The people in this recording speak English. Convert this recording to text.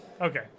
Okay